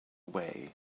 way